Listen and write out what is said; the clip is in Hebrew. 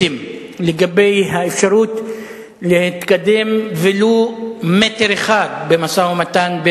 אי-אפשר להמשיך במצב של